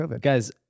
guys